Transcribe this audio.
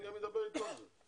אני גם אדבר איתו על זה.